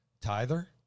tither